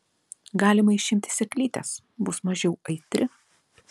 galima išimti sėklytes bus mažiau aitri